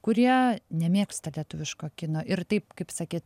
kurie nemėgsta lietuviško kino ir taip kaip sakyt